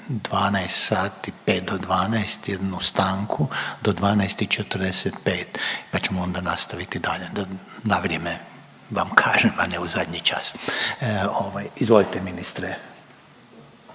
5 do 12 jednu stanku do 12,45 pa ćemo onda nastaviti dalje. Da na vrijeme vam kažem, a ne u zadnji čas. Ovaj, izvolite ministre.